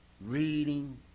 reading